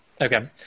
Okay